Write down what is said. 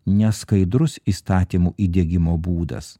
neskaidrus įstatymų įdiegimo būdas